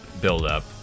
buildup